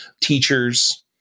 teachers